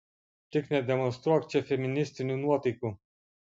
tik nedemonstruok čia feministinių nuotaikų